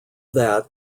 that